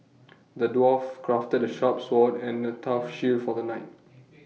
the dwarf crafted A sharp sword and A tough shield for the knight